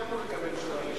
אני אמור לקבל תשובה.